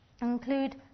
include